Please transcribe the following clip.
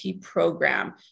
program